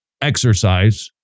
exercise